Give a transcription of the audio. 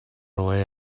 away